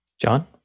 John